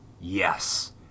Yes